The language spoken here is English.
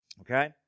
Okay